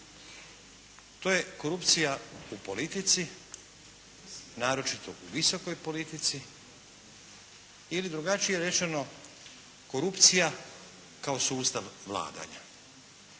To je korupcija u politici naročito u visokoj politici ili drugačije rečeno, korupcija kao sustav vladanja.